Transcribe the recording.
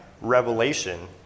revelation